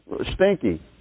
stinky